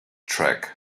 track